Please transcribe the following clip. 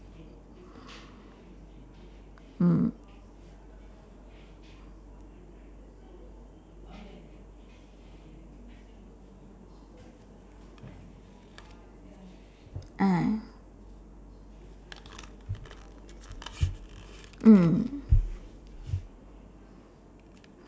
mm ah mm